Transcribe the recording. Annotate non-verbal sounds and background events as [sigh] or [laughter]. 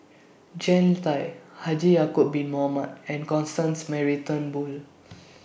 Jean Tay Haji Ya'Acob Bin Mohamed and Constance Mary Turnbull [noise]